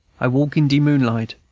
i walk in de moonlight,